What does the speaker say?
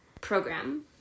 program